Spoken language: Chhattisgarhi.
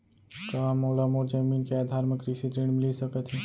का मोला मोर जमीन के आधार म कृषि ऋण मिलिस सकत हे?